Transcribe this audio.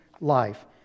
life